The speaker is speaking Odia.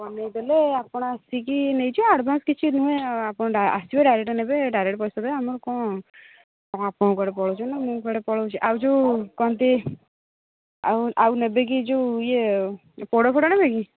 ବନେଇ ଦେଲେ ଆପଣ ଆସି କି ନେଇ ଯିବେ ଆଡଭାନ୍ସ କିଛି ନୁହେଁ ଆପଣ ଆସିବେ ଡାଇରେକ୍ଟ ନେବେ ଡାଇରେକ୍ଟ ପଇସା ଦେବେ ଆମର କ'ଣ ଆପଣ କୁଆଡ଼େ ପଳାଉଛନ୍ତି ନା ମୁଁ କୁଆଡ଼େ ପଳାଉଛି ଆଉ ଯୋଉ କ'ଣଟି ଆଉ ନେବେ କି ଯୋଉ ଇଏ ପୋଡ଼ ଫୋଡ଼ ନେବେ କି